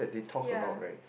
ya